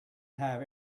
have